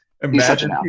Imagine